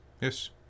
Yes